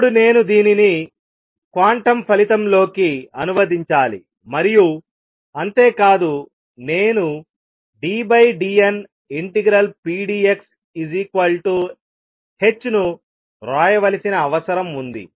ఇప్పుడు నేను దీనిని క్వాంటం ఫలితంలోకి అనువదించాలి మరియు అంతేకాదు నేను ddn∫pdxh ను వ్రాయవలసిన అవసరం ఉంది